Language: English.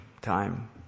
time